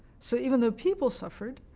so even though people suffered,